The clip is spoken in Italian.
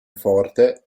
forte